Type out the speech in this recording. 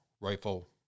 rifle